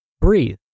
Breathe